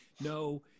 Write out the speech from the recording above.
no